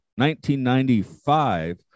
1995